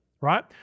right